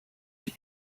see